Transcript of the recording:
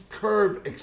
curb